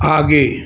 आगे